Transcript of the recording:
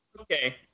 okay